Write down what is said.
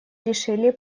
решили